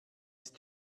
ist